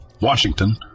Washington